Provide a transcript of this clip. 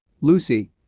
Lucy